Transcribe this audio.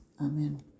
Amen